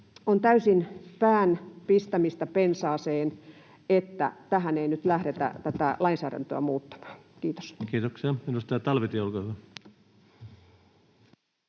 on täysin pään pistämistä pensaaseen, että tässä ei nyt lähdetä tätä lainsäädäntöä muuttamaan. — Kiitos. Kiitoksia. — Edustaja Talvitie, olkaa hyvä.